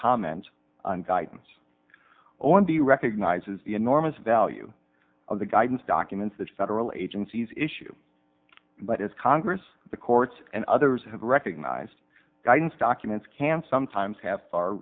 comment on guidance on the recognizes the enormous value of the guidance documents that federal agencies issue but as congress the courts and others have recognized guidance documents can sometimes have far